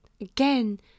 again